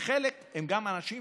וחלק הם גם אנשים